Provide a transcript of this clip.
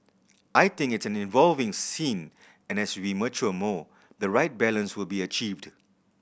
I think it's an evolving scene and as we mature more the right balance will be achieved